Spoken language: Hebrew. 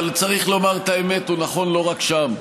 אבל צריך לומר את האמת, שהוא נכון לא רק שם,